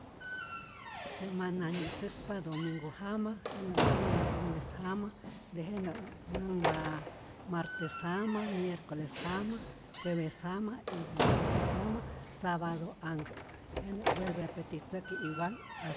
Semana' nyitzäkpa domingu jama, jenä manhpa lunes jama, tejenä manhpa martes jama miercoles jama jueves jama y viernes jama sabadu anhkä jenä' vuelve petitzäki' igual hast.